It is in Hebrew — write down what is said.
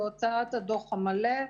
והוצאת הדוח המלא,